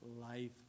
life